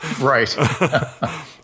Right